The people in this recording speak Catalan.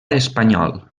espanyol